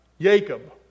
Jacob